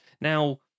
Now